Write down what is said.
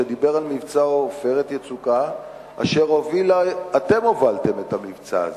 שדיבר על מבצע "עופרת יצוקה" אשר אתם הובלתם אותו.